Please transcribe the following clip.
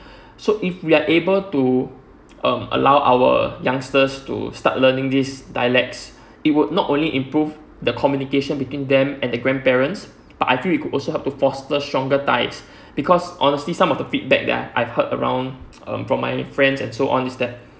so if we are able to um allow our youngsters to start learning these dialects it would not only improve the communication between them and the grandparents but I feel it could also help to foster stronger ties because honestly some of the feedback that I heard around um from my friends and so on is that